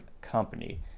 company